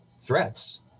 threats